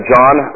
John